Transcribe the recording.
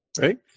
Right